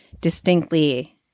distinctly